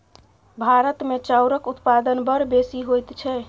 भारतमे चाउरक उत्पादन बड़ बेसी होइत छै